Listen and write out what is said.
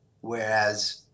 whereas